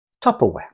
Tupperware